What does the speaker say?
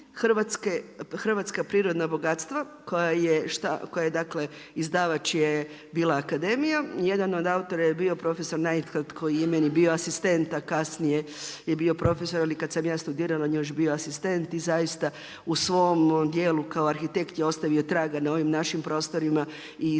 hrvatska prirodna bogatstva koja je, dakle izdavač je bila akademija. Jedan od autora je bio profesor Neidhardt koji je meni bio asistent, a kasnije je bio profesor. Ili kad sam ja studirala on je još bio asistent i zaista u svom djelu kao arhitekt je ostavio traga na ovim našim prostorima i zaista